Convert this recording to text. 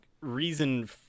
reason